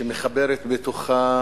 שמחברת בתוכה